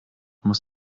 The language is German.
muss